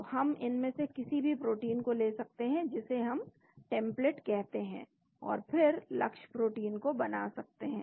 तो हम इनमें से किसी भी प्रोटीन को ले सकते हैं जिसे हम टेम्प्लेट कहते हैं और फिर लक्ष्य प्रोटीन को बनाते हैं